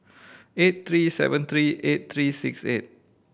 eight three seven three eight three six eight